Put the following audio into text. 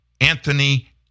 Anthony